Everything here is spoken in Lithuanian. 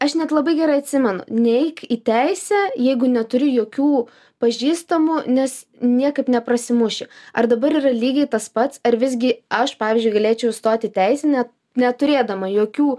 aš net labai gerai atsimenu neik į teisę jeigu neturi jokių pažįstamų nes niekaip neprasimuši ar dabar yra lygiai tas pats ar visgi aš pavyzdžiui galėčiau įstot į teisę net neturėdama jokių